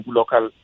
local